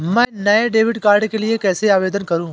मैं नए debit card के लिए कैसे आवेदन करूं?